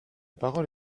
parole